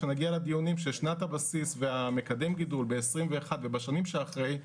כשנגיע לדיונים של שנת הבסיס ומקדם הגידול ב-21' ובשנים שאחרי,